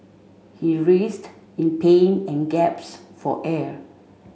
he writhed in pain and for air